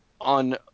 on